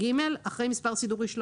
אחרי מספר סידורי 13